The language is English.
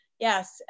Yes